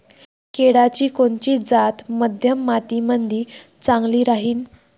केळाची कोनची जात मध्यम मातीमंदी चांगली राहिन?